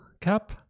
cap